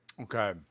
Okay